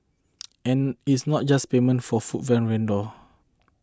and it's not just payment for food from vendor